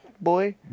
boy